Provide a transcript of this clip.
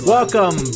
Welcome